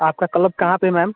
आपका कलब कहाँ पर है मैम